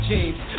James